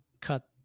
cut